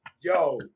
yo